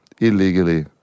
illegally